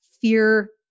fear